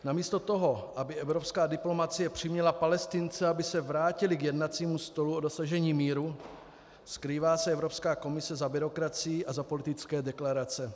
Namísto toho, aby evropská diplomacie přiměla Palestince, aby se vrátili k jednacímu stolu o dosažení míru, skrývá se Evropská komise za byrokracii a za politické deklarace.